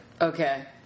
Okay